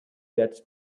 gets